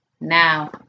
now